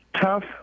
Tough